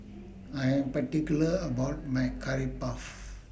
I Am particular about My Curry Puff